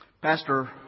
Pastor